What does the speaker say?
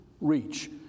reach